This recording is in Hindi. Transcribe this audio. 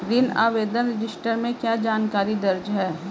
ऋण आवेदन रजिस्टर में क्या जानकारी दर्ज है?